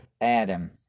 Adam